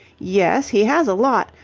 yes, he has a lot,